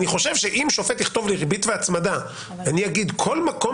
אני חושב שאם שופט יכתוב לי ריבית והצמדה ואני אגיד כל מקום